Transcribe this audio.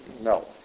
No